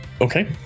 Okay